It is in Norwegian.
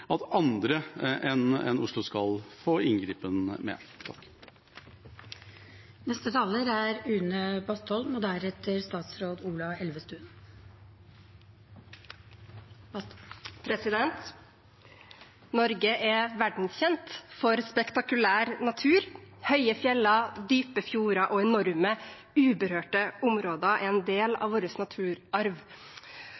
andre enn Oslo skal få gripe inn med. Norge er verdenskjent for spektakulær natur. Høye fjell, dype fjorder og enorme, uberørte områder er en del